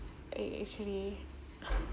eh actually